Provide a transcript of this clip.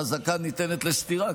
חזקה ניתנת לסתירה,